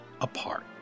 apart